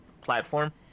platform